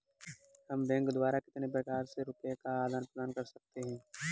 हम बैंक द्वारा कितने प्रकार से रुपये का आदान प्रदान कर सकते हैं?